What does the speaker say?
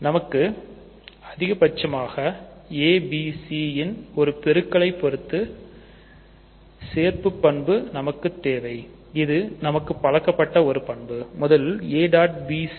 நமக்கு அதிக பரிட்சயமான a b c ன் ஒரு பெருக்கலை பொறுத்து சேர்ப்பு பண்பும் நமக்கு தேவை இது நமக்கு பழக்கப்பட்ட ஒரு பண்பு முதலில் a